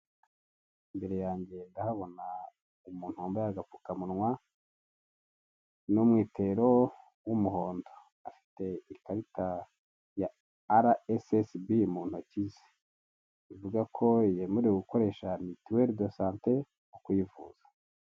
Abamotari bahagaze imbere y'inyubako, umwe ari gushyirirwaho kuri moto imizigo, ari gufashwa n'umuntu wambaye imyenda y'ubururu n'umugore umuri inyuma wambaye igitenge nabandi bagore babiri bari inyuma